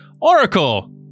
Oracle